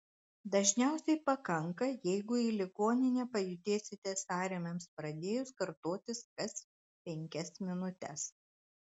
dažniausiai pakanka jeigu į ligoninę pajudėsite sąrėmiams pradėjus kartotis kas penkias minutes